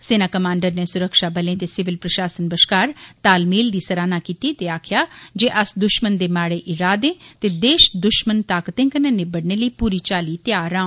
सेना कमांडर नै सुरक्षाबलें ते सीविल प्रशासन बश्कार तालमेल दी सराहना कीती ते आक्खेआ जे अस दुश्मन दे माड़े इरादें ते देश दुश्मन ताकतें कन्नै निबड़ने लेई पूरी चाल्ली तैयार आं